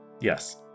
Yes